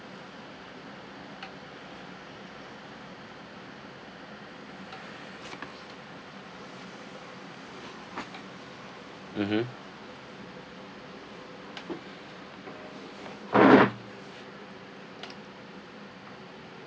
mmhmm